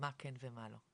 מה כן ומה לא.